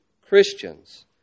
Christians